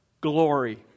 glory